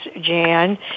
Jan